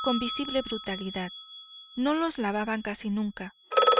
con visible brutalidad no los lavaban casi nunca